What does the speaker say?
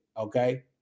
okay